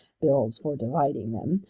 bills for dividing them,